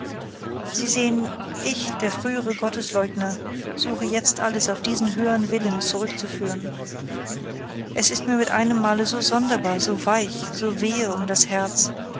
sie sehen ich der frühere gottesleugner suche jetzt alles auf diesen höhern willen zurückzuführen es ist mir mit einemmal so sonderbar so weich so wehe um das herz